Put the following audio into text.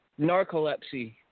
Narcolepsy